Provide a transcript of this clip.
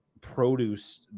produce